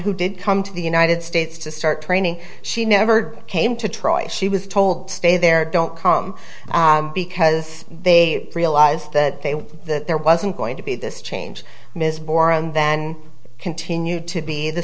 who did come to the united states to start training she never came to troy she was told to stay there don't come because they realize that they were there wasn't going to be this change ms boren then continued to be the